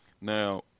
Now